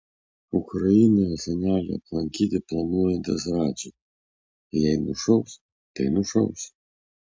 ukrainoje senelį aplankyti planuojantis radži jei nušaus tai nušaus